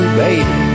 baby